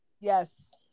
Yes